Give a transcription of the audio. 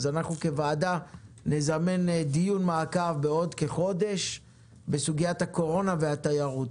הוועדה תזמן דיון מעקב בעוד כחודש בסוגיית הקורונה והתיירות.